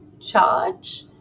charge